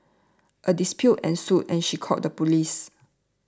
a dispute ensued and she called the police